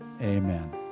Amen